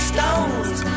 Stones